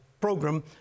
program